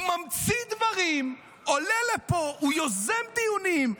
הוא ממציא דברים, עולה לפה, הוא יוזם דיונים.